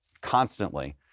constantly